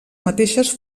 mateixes